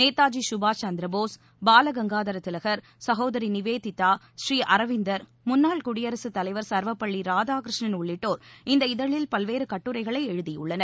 நேதாஜி சுபாஷ் சந்திர போஸ் பாலகங்காதர திலகள் சகோதரி நிவேதிதா ஸ்ரீ அரவிந்தா் முன்னாள் குடியரசுத் தலைவர் சா்வபள்ளி ராதாகிருஷ்ணன் உள்ளிட்டோா் இந்த இதழில் பல்வேறு கட்டுரைகளை எழுதியுள்ளன்